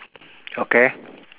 okay